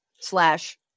slash